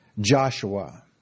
Joshua